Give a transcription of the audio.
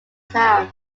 town